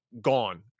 gone